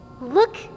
Look